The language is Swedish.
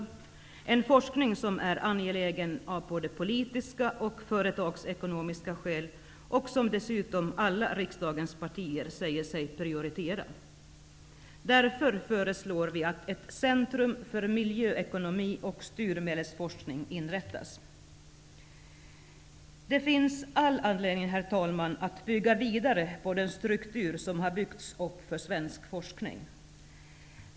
Det är en forskning som är angelägen av både politiska och företagsekonomiska skäl och som dessutom alla riksdagens partier säger sig prioritera. Därför föreslår vi att ett Centrum för miljöekonomi och styrmedelsforskning inrättas. Det finns, herr talman, all anledning att bygga vidare på den struktur som har byggts upp för svensk forskning.